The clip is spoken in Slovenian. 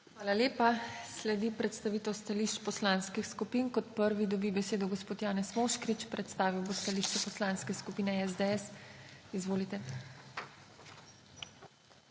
Hvala lepa. Sledi predstavitev stališč poslanskih skupin. Kot prvi dobi besedo gospod Janez Moškrič, predstavil bo stališče Poslanske skupine SDS. Izvolite.